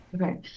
Okay